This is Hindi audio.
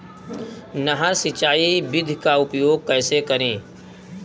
नहर सिंचाई विधि का उपयोग कैसे करें?